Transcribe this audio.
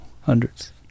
hundreds